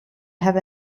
have